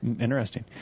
Interesting